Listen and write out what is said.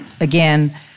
again